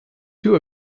two